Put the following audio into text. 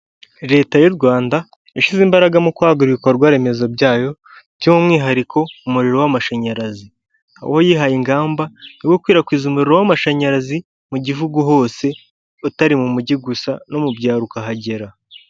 Leta y'u Rwanda yashyize imbaraga mu kwagura ibikorwa remezo byayo by'umwihariko umuriro w'amashanyarazi, aho yihaye ingamba zo gukwirakwiza umuriro w'amashanyarazi mu gihugu hose utari mu gi gusa no mu byaro ukahagera.